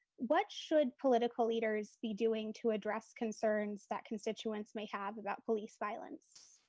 what should political leaders be doing to address concerns that constituents may have about police violence?